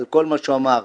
על כל מה שהוא אמר.